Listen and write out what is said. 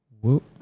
Whoop